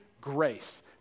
grace